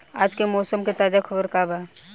आज के मौसम के ताजा खबर का बा?